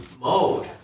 mode